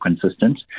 consistent